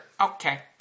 Okay